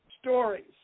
stories